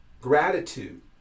Gratitude